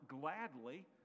gladly